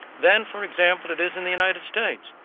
than for example it is in the united states,